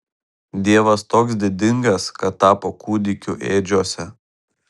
dievas toks didingas kad tapo kūdikiu ėdžiose